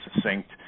succinct